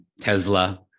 Tesla